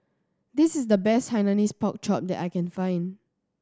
this is the best Hainanese Pork Chop that I can find